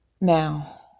Now